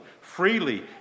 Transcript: freely